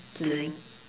zhi ling